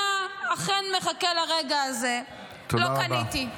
במדינה אכן מחכה לרגע הזה, לא קניתי.